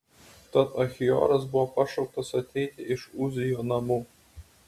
tad achioras buvo pašauktas ateiti iš uzijo namų